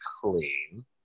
clean